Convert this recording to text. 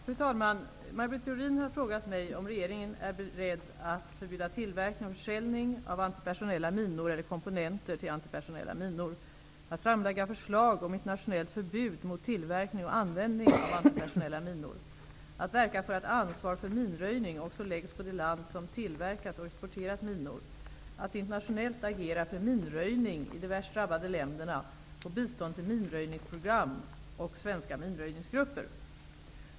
Fru talman! Maj Britt Theorin har frågat mig om regeringen är beredd - att förbjuda tillverkning och försäljning av antipersonella minor eller komponenter till antipersonella minor, - att framlägga förslag om internationellt förbud mot tillverkning och användning av antipersonella minor, - att verka för att ansvar för minröjning också läggs på det land som tillverkat och exporterat minor, - att internationellt agera för minröjning i de värst drabbade länderna och bistånd till minröjningsprogram och svenska minröjningsgrupper.